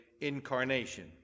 incarnation